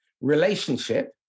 relationship